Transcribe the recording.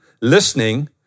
listening